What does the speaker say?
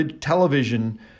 television